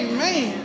Amen